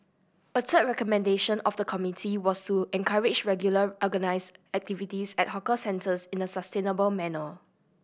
a third recommendation of the committee was to encourage regular organised activities at hawker centres in a sustainable manner